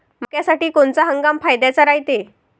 मक्क्यासाठी कोनचा हंगाम फायद्याचा रायते?